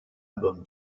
albums